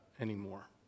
anymore